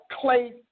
clay